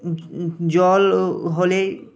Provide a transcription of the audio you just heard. জল হলেই